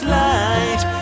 light